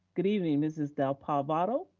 good evening, mrs. dipadova.